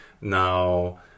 now